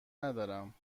ندارم